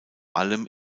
allem